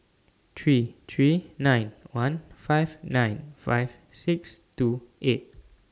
three three nine one five nine five six two eight